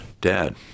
Dad